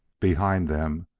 behind them,